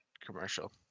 commercial